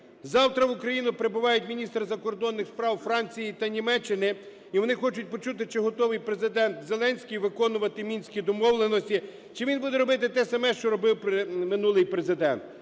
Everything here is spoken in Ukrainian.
Завтра в Україну прибувають міністри закордонних справ Франції та Німеччини, і вони хочуть почути, чи готовий Президент Зеленський виконувати Мінські домовленості, чи він буде робити те саме, що робив минулий Президент.